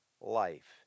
life